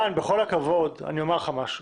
בכל הכבוד, אני אומר לך משהו.